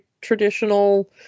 traditional